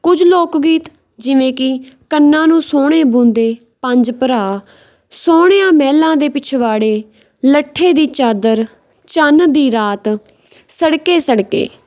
ਕੁਝ ਲੋਕ ਗੀਤ ਜਿਵੇਂ ਕਿ ਕੰਨਾਂ ਨੂੰ ਸੋਹਣੇ ਬੂੰਦੇ ਪੰਜ ਭਰਾ ਸੋਹਣਿਆਂ ਮਹਿਲਾਂ ਦੇ ਪਿਛਵਾੜੇ ਲੱਠੇ ਦੀ ਚਾਦਰ ਚੰਨ ਦੀ ਰਾਤ ਸੜਕੇ ਸੜਕੇ